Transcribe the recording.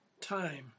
time